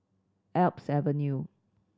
Alps Avenue